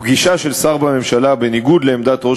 פגישה של שר בממשלה בניגוד לעמדת ראש